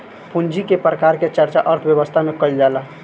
पूंजी के प्रकार के चर्चा अर्थव्यवस्था में कईल जाला